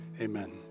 amen